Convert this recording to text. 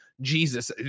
jesus